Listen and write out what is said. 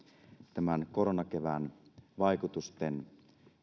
tämän koronakevään vaikutusten